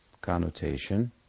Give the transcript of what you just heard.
connotation